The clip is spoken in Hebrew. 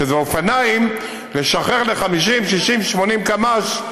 שזה אופניים, לשחרר ל-50, 60, 80 קמ"ש,